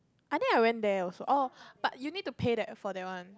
I think I went there also oh but you need to pay that for that one